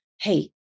hey